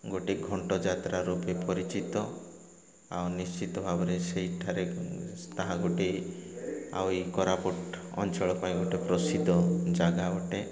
ଗୋଟେ ଘଣ୍ଟ ଯାତ୍ରା ରୂପେ ପରିଚିତ ଆଉ ନିଶ୍ଚିତ ଭାବରେ ସେଇଠାରେ ତାହା ଗୋଟେ ଆଉ ଏଇ କରାପୁଟ ଅଞ୍ଚଳ ପାଇଁ ଗୋଟେ ପ୍ରସିଦ୍ଧ ଜାଗା ଅଟେ